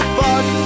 fuck